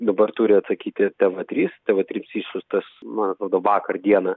dabar turi atsakyti tv trys tv trims išsiųstas man atrodo vakar dieną